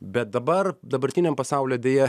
bet dabar dabartiniam pasaulyje deja